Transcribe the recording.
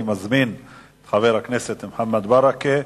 אני מזמין את חבר הכנסת מוחמד ברכה.